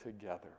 together